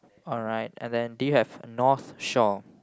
alright and then do you have North Shore